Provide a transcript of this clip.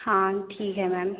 हाँ ठीक है मैम